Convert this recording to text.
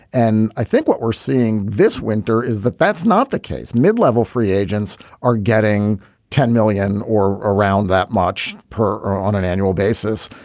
and i think what we're seeing this winter is that that's not the case. mid-level free agents are getting ten million or around that. watch per. or on an annual basis.